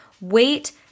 wait